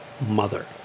Mother